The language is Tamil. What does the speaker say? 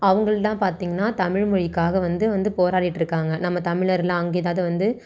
அவங்கள்தான் பார்த்திங்கனா தமிழ் மொழிக்காக வந்து வந்து போராடிக்கிட்டிருக்காங்க நம்ம தமிழரெலாம் அங்கே ஏதாவது வந்து